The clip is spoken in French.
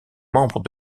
membres